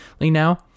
now